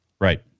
right